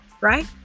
Right